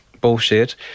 bullshit